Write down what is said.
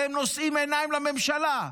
והם נושאים עיניים לממשלה.